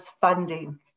funding